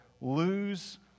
lose